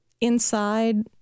inside